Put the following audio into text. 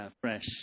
fresh